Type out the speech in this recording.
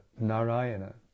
Narayana